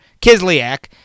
Kislyak